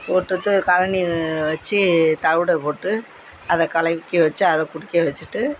போட்டுவிட்டு கழனி வச்சி தவிட போட்டு அதை கலக்கி வச்சு அதை குடிக்க வச்சுட்டு